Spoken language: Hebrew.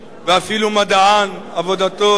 ואפילו מדען, עבודתו היא